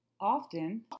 Often